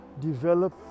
develop